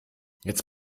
jetzt